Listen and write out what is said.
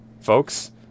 folks